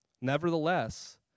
Nevertheless